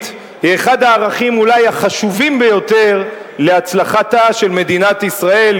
היא אחד הערכים אולי החשובים ביותר להצלחתה של מדינת ישראל,